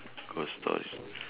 go stories